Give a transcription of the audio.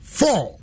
four